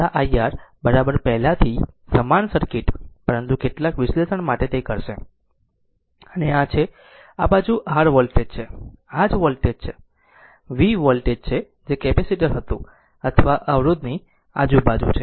તેથી iC iR બરાબર પહેલાથી સમાન સર્કિટ પરંતુ કેટલાક વિશ્લેષણ માટે તે કરશે અને આ છે આ બાજુ R વોલ્ટેજ છે આ જ વોલ્ટેજ છે v એ વોલ્ટેજ છે જે કેપેસિટર હતું અથવા અવરોધ ની આજુ બાજુ છે